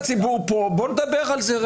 בוא נדבר על זה.